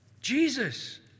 Jesus